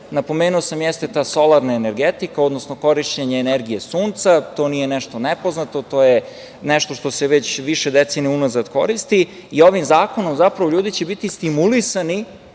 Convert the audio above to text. napomenuo sam, jeste ta solarna energetika, odnosno korišćenje energije sunca. To nije nešto nepoznato, to je nešto što se već više decenija unazad koristi i ovim zakonom zapravo ljudi će biti stimulisani